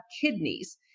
kidneys